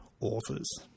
authors